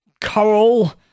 coral